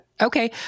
Okay